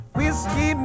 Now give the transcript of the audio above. Whiskey